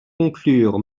conclure